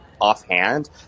offhand